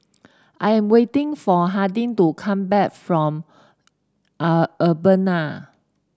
I am waiting for Harding to come back from Urbana